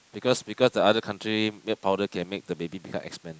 because because the other country milk powder can make the baby become expand